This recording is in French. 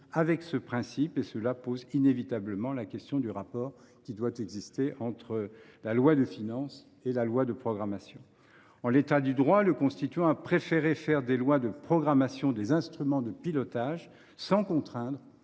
avec ce principe. Cela pose inévitablement la question du rapport qui doit exister entre la loi de finances et la loi de programmation. En l’état du droit, le constituant a préféré faire des lois de programmation des instruments de pilotage et ne pas contraindre